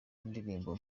indirimbo